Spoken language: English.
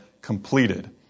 completed